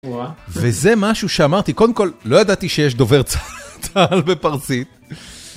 וזה משהו שאמרתי, קודם כל לא ידעתי שיש דובר צהל בפרסית.